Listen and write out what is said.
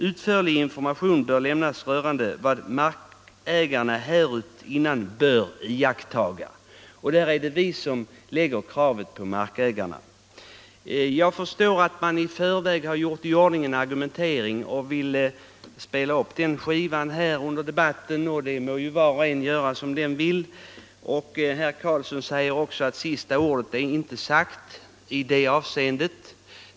Utförlig information bör lämnas rörande vad markägarna härutinnan bör iakttaga.” Vi ställer alltså detta krav på markägarna. å Jag förstår att man i förväg gjort i ordning en argumentering och vill spela upp den skivan här i debatten. Därmed må var och en göra som den vill. Herr Karlsson i Huskvarna säger också att sista ordet inte är sagt i det avseendet.